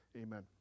Amen